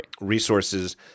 resources